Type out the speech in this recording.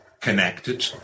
connected